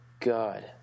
God